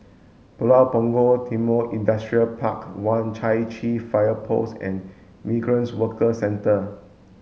Pulau Punggol Timor Industrial Park one Chai Chee Fire Post and Migrant Workers Centre